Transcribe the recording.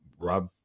Rob